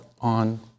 on